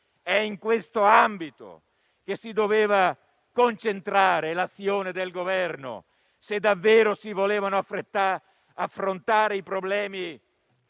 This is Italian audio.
È in questo ambito che si doveva concentrare l'azione del Governo, se davvero si volevano affrontare i problemi